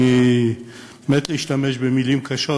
אני מת להשתמש במילים קשות,